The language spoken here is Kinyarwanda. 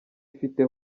ifite